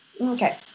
Okay